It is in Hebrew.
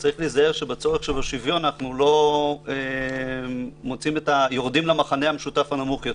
שצריך להיזהר שבצורך בשוויון אנחנו לא יורדים למכנה המשותף הנמוך יותר.